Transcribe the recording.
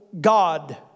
God